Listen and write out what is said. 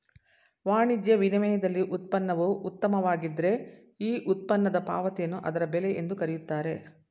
ವಾಣಿಜ್ಯ ವಿನಿಮಯದಲ್ಲಿ ಉತ್ಪನ್ನವು ಉತ್ತಮವಾಗಿದ್ದ್ರೆ ಈ ಉತ್ಪನ್ನದ ಪಾವತಿಯನ್ನು ಅದರ ಬೆಲೆ ಎಂದು ಕರೆಯುತ್ತಾರೆ